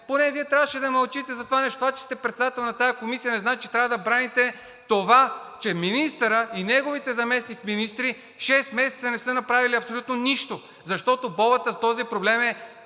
Поне Вие трябваше да мълчите за това нещо. Затова че сте председател на тази комисия не значи, че трябва да браните това, че министърът и неговите заместник-министри шест месеца не са направили абсолютно нищо, защото Болата e с този проблем,